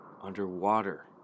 underwater